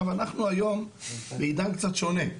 אנחנו היום בעידן קצת שונה.